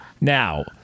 Now